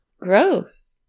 Gross